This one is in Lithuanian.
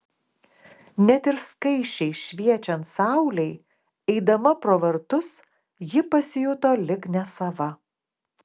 net ir skaisčiai šviečiant saulei eidama pro vartus ji pasijuto lyg nesava